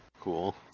Cool